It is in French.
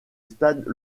stade